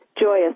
Joyous